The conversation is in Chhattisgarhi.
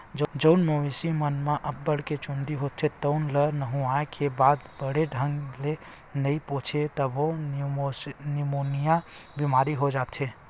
जउन मवेशी म अब्बड़ के चूंदी होथे तउन ल नहुवाए के बाद बने ढंग ले नइ पोछबे तभो निमोनिया बेमारी हो जाथे